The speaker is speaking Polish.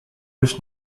już